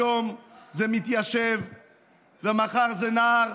היום זה מתיישב ומחר זה נער